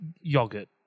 yogurt